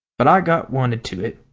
but i got wonted to it.